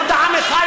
יהודה עמיחי,